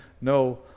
no